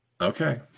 Okay